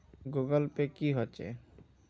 Google pay की होचे?